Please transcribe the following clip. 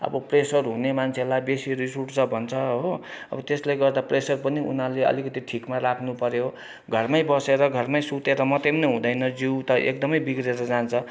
अब प्रेसर हुने मान्छेलाई बेसी रिस उठ्छ भन्छ हो अब त्यसले गर्दा प्रेसर पनि उनीहरूले अलिकति ठिकमा राख्नु पर्यो घरमै बसेर घरमै सुतेर मात्रै पनि हुँदैन जिउ त एकदमै बिग्रेर जान्छ